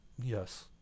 yes